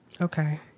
Okay